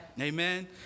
Amen